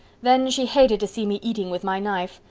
then she hated to see me eating with my knife.